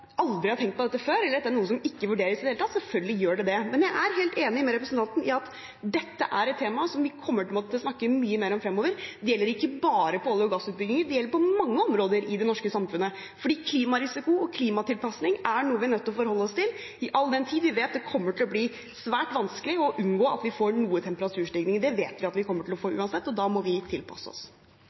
aldri har tenkt på dette før, eller at dette er noe som ikke vurderes i det hele tatt. Selvfølgelig gjør det det. Men jeg er helt enig med representanten i at dette er et tema som vi kommer til å måtte snakke mye mer om fremover. Det gjelder ikke bare olje- og gassutbygginger, det gjelder på mange områder i det norske samfunnet. For klimarisiko og klimatilpasning er noe vi er nødt til å forholde oss til, all den tid vi vet det kommer til å bli svært vanskelig å unngå å få noe temperaturstigning. Det vet vi at vi kommer til å få uansett, og da må vi tilpasse oss.